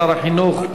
שר החינוך,